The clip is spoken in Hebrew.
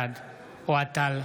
בעד אוהד טל,